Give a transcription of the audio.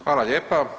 Hvala lijepo.